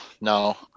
no